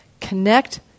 connect